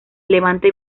levante